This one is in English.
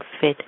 fit